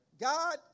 God